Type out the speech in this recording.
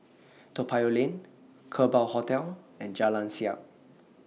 Toa Payoh Lane Kerbau Hotel and Jalan Siap